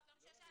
קודם כל,